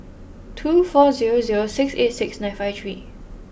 two four zero zero six eight six nine five three